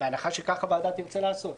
בהנחה שכך הוועדה תרצה לעשות.